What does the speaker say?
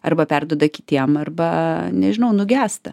arba perduoda kitiem arba nežinau nugęsta